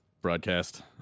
broadcast